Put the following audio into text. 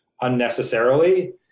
unnecessarily